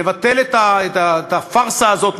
נבטל את הפארסה הזאת,